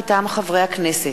מטעם הכנסת: